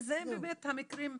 וזה באמת המקרים החריגים.